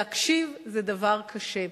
להקשיב זה דבר קשה.